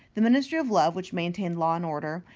the ministry of love, which maintained law and order.